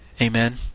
Amen